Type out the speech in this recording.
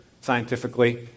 scientifically